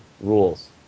rules